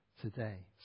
today